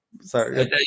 Sorry